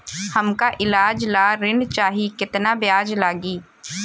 हमका ईलाज ला ऋण चाही केतना ब्याज लागी?